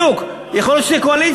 בדיוק, יכול להיות שתהיה בקואליציה.